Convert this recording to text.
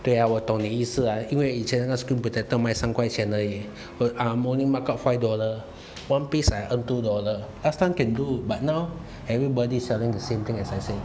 对啊我懂你意思啊因为以前那个 screen protector 卖三块钱而已 but we only markup five dollar one piece I earn two dollar last time can do but now everybody selling the same thing as I say